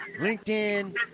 LinkedIn